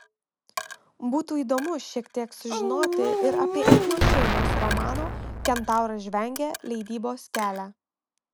būtų įdomu šiek tiek sužinoti ir apie igno šeiniaus romano kentauras žvengia leidybos kelią